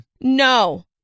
No